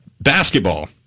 basketball